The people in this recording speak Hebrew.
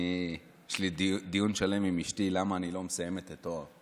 יש לי דיון שלם עם אשתי למה אני לא מסיים את התואר.